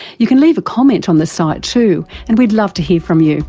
you can leave a comment on the site too, and we'd love to hear from you